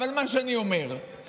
אבל מה שאני אומר הוא